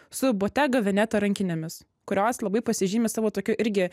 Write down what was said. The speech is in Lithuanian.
su botega veneta rankinėmis kurios labai pasižymi savo tokiu irgi